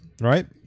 right